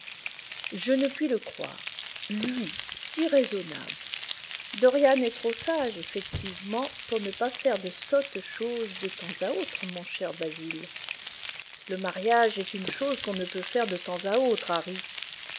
je ne puis le croire lui si raisonnable dorian est trop sage effectivement pour ne pas faire de sottes choses de temps à autre mon cher basil le mariage est une chose qu'on ne peut faire de temps à autre